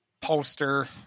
poster